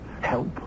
help